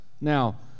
Now